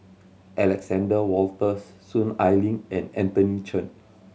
Alexander Wolters Soon Ai Ling and Anthony Chen